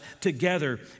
together